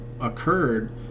occurred